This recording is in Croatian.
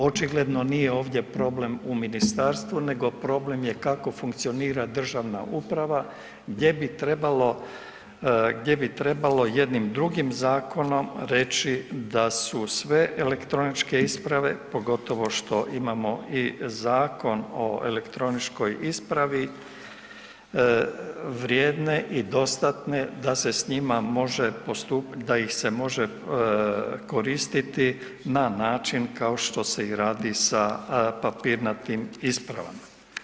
Očigledno nije ovdje problem u ministarstvu nego problem je kako funkcionira državna uprava, gdje bi trebalo jednim drugim zakonom reći da su sve elektroničke isprave pogotovo što imamo i Zakon o elektroničkoj ispravi vrijedne i dostatne da se s njima može postupati, da ih se može koristiti na način kao što se i radi sa papirnatim ispravama.